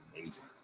amazing